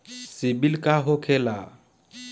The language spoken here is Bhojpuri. सीबील का होखेला?